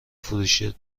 فروشی